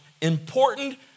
important